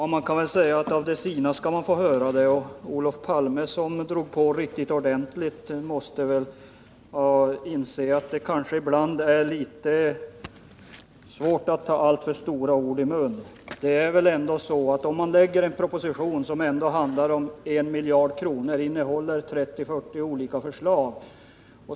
Herr talman! Av de sina får man höra sanningen! Olof Palme, som drog på riktigt ordentligt, måste väl inse att det kanske ibland är litet farligt att ta alltför stora ord i sin mun. Regeringen har lagt fram en proposition om insatser som uppgår till en miljard kronor, och den innehåller 30 å 40 olika förslag.